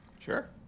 Sure